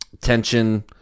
tension